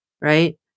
right